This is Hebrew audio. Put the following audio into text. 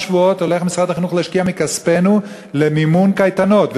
משרד החינוך הולך להשקיע מכספנו למימון קייטנות של שלושה שבועות,